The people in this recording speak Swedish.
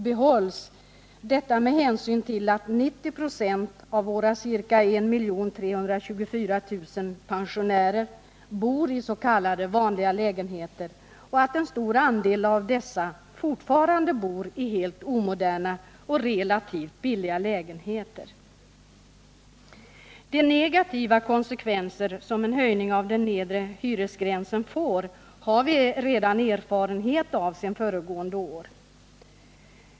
behålls, detta med hänsyn till att 90 96 av våra ca 1 324 000 pensionärer bor i s.k. vanliga lägenheter och att en stor del av dessa fortfarande bor i helt omoderna och relativt billiga lägenheter. De negativa konsekvenser som en höjning av den nedre hyresgränsen får har vi erfarenhet av sedan föregående år.